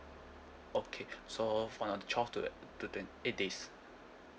okay so for on the twelve to to twen~ eight days